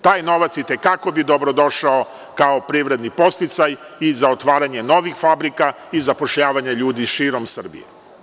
Taj novac i te kako bi dobro došao kao privredni podsticaj i za otvaranje novih fabrika i zapošljavanje ljudi širom Srbije.